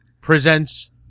presents